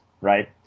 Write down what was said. right